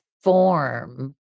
form